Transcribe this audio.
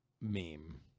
meme